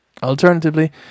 Alternatively